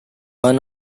one